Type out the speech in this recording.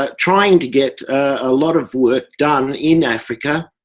ah trying to get a lot of work done in africa,